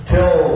Till